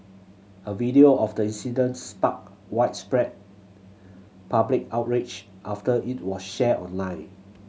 a video of the incident sparked widespread public outrage after it was shared online